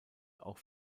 auch